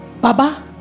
Baba